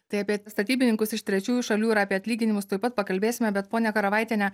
tai apie statybininkus iš trečiųjų šalių ir apie atlyginimus tuoj pat pakalbėsime bet ponia karavaitienė